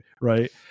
Right